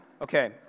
Okay